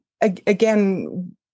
again